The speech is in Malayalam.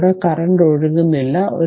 ഇതിലൂടെ കറന്റ് ഒഴുകുന്നില്ല